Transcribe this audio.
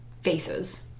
faces